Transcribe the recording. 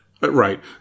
Right